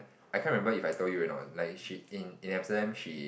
I can't remember if I told you already or not like she in in Amsterdam she